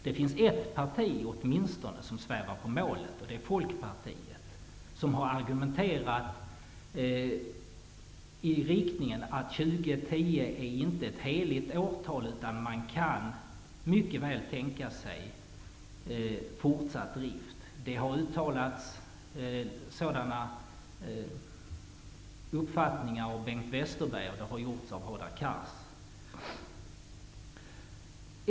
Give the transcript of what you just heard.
Det finns åtminstone ett parti som svävar på målet - Folkpartiet - och som har argumenterat för att år 2010 inte är ett heligt årtal, utan att man mycket väl kan tänka sig fortsatt drift. Bengt Westerberg och Hadar Cars har uttalat en sådan uppfattning.